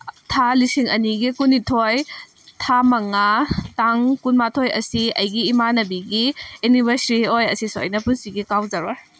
ꯊꯥ ꯂꯤꯁꯤꯡ ꯑꯅꯤꯒꯤ ꯀꯨꯟꯅꯤꯊꯣꯏ ꯊꯥ ꯃꯉꯥ ꯇꯥꯡ ꯀꯨꯟ ꯃꯥꯊꯣꯏ ꯑꯁꯤ ꯑꯩꯒꯤ ꯏꯃꯥꯟꯅꯕꯤꯒꯤ ꯑꯦꯅꯤꯚꯔꯁ꯭ꯔꯤ ꯑꯣꯏ ꯑꯁꯤꯁꯨ ꯑꯩꯅ ꯄꯨꯟꯁꯤꯒꯤ ꯀꯥꯎꯖꯔꯣꯏ